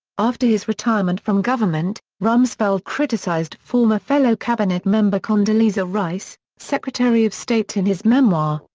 after his retirement from government, rumsfeld criticized former fellow cabinet member condoleezza rice, secretary of state in his memoir,